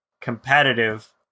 competitive